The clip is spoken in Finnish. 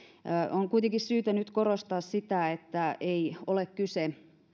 on kuitenkin syytä nyt korostaa sitä että ei ole kyse